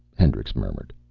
hendricks murmured.